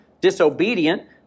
disobedient